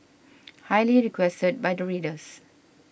highly requested by the readers